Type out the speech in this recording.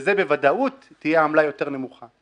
וזה בוודאות תהיה עמלה יותר נמוכה.